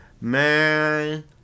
Man